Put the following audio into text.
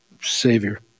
Savior